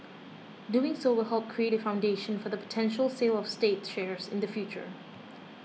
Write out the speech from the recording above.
doing so will help create a foundation for the potential sale of state shares in the future